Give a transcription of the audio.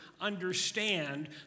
understand